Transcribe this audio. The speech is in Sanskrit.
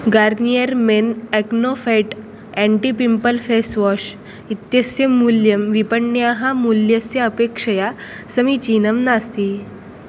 Garnier men acno fight anti pimple face wash इत्यस्य मूल्यं विपण्याः मूल्यस्य अपेक्षया समीचीनं नास्ति